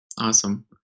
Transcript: Awesome